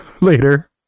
later